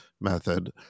method